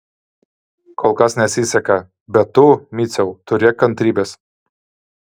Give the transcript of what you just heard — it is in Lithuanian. kol kas nesiseka bet tu miciau turėk kantrybės